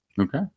Okay